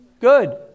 good